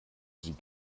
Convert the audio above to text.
sie